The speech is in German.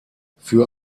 für